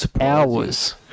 hours